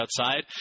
outside